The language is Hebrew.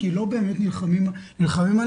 כי לא באמת נלחמים עליו.